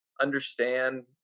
understand